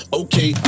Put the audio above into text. okay